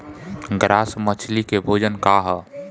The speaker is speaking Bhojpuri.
ग्रास मछली के भोजन का ह?